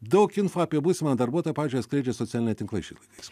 daug info apie būsimą darbuotoją pavyzdžiui atskleidžia socialiniai tinklai šiais laikais